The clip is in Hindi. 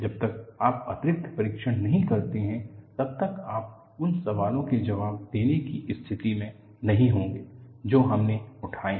जब तक आप अतिरिक्त परीक्षण नहीं करते हैं तब तक आप उन सवालों के जवाब देने की स्थिति में नहीं होंगे जो हमने उठाए हैं